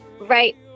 Right